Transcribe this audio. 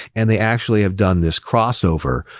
and they actually have done this crossover,